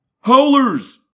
Howlers